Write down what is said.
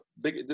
big